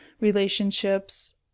relationships